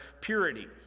purity